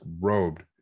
robed